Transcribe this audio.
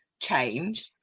change